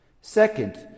Second